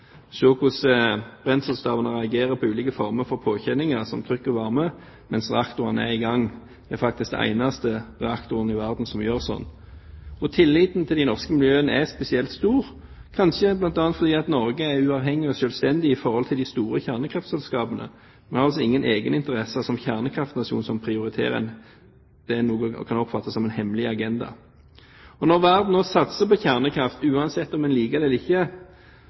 hvordan brenselstavene reagerer på ulike former for påkjenninger som trykk og varme mens reaktoren er i gang. Det er faktisk den eneste reaktoren i verden hvor man gjør sånt. Tilliten til de norske miljøene er spesielt stor, kanskje bl.a. fordi Norge er uavhengig og selvstendig i forhold til de store kjernekraftselskapene. Vi har altså ingen egeninteresser som kjernekraftnasjon som prioriterer det noen kan oppfatte som en hemmelig agenda. Og når verden nå satser på kjernekraft, uansett om man liker det eller